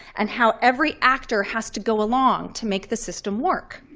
and how every actor has to go along to make the system work.